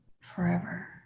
forever